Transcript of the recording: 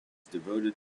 devoted